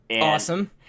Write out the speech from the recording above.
Awesome